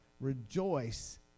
rejoice